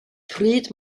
pryd